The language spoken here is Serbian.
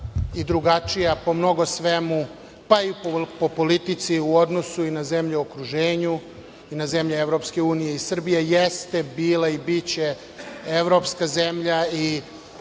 i drugačija po mnogo svemu, pa i po politici u odnosu i na zemlje i okruženju i na zemlje Evropske unije. Srbija jeste bila i biće evropska zemlja i